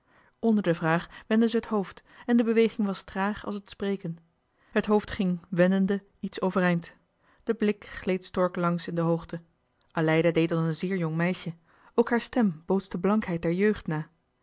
onder de vraag wendde het hoofd en de beweging was traag als het spreken het hoofd ging wendende iets overeind de blik gleed stork langs in de hoogte aleida deed als een zeer jong meisje ook haar stem bootste blankheid der jeugd na